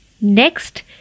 Next